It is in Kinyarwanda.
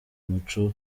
umuco